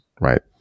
right